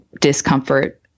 discomfort